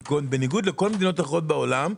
בניגוד לכל המדינות האחרות בעולם,